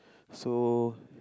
so